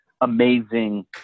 amazing